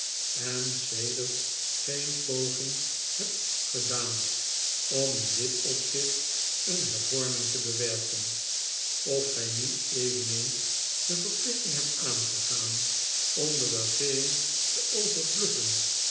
en sedert geen poging hebt gedaan om in dit opzicht een hervorming te bewerken of gij niet eveneens de verplichting hebt aangegaan om de regeering te overbluffen